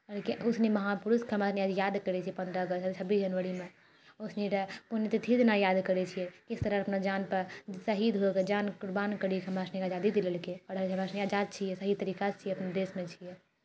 ओ सनी महापुरुषकेँ हमरासनी आज याद करैत छियै पन्द्रह अगस्त छब्बीस जनवरीमे ओ सनी र पुण्यतिथि दिना याद करैत छियै किसतरह अपना जानपर शहीद हो कऽ जान कुर्बान करि कऽ हमरासनी कऽ आजादी दिलेलकै आओर आज हमरासनी आजाद छियै सही तरीकासँ छियै अपन देशमे छियै